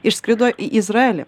išskrido į izraelį